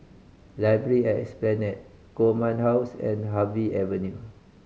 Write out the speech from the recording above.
library at Esplanade Command House and Harvey Avenue